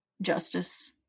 justice